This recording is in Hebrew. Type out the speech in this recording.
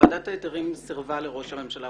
ועדת ההיתרים סירבה לראש הממשלה,